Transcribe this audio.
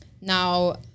now